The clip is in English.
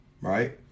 right